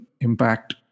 impact